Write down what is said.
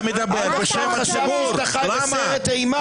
עד עכשיו חשבנו שאתה חי בסרט אימה,